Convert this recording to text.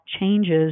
changes